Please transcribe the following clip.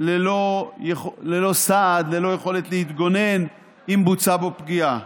ללא סעד, ללא יכולת להתגונן אם בוצעה בו פגיעה.